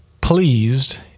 pleased